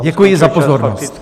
Děkuji za pozornost.